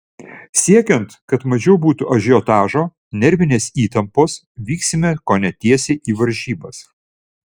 siekiant kad mažiau būtų ažiotažo nervinės įtampos vyksime kone tiesiai į varžybas